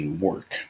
work